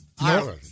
No